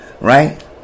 Right